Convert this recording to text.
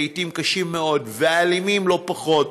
לעתים קשים מאוד ואלימים לא פחות,